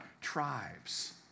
Tribes